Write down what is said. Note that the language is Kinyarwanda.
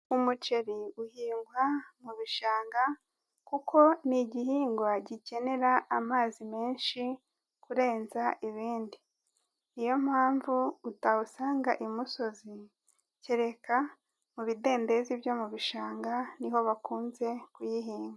Umuceri uhingwa mu bishanga kuko ni igihingwa gikenera amazi menshi kurenza ibindi, niyo mpamvu utawusanga imusozi, kereka mu bidendezi byo mu bishanga niho bakunze kuyihinga.